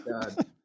God